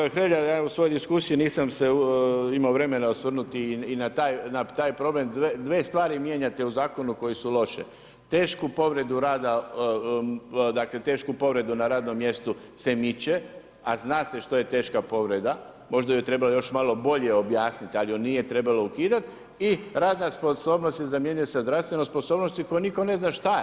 Da, poštovani kolega Hrlja, ja u svojoj diskusiji nisam se imao vremena osvrnuti i na taj problem. dvije stvari mijenjate u zakonu koje su loše, tešku povredu rada, dakle tešku povredu na radnom mjestu se miče, a zna se što je teška povreda, možda ju je trebalo još malo bolje objasniti, ali ju nije trebalo ukidat i radna sposobnost zamjenjuje se zdravstvenom sposobnosti koju nitko ne zna šta je.